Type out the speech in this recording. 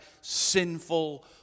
sinful